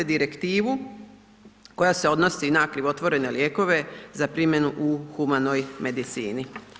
Direktivu koja se odnosi na krivotvorene lijekove za primjenu u humanoj medicini.